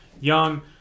Young